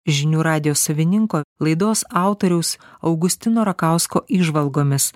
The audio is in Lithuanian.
žinių radijo savininko laidos autoriaus augustino rakausko įžvalgomis